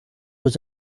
was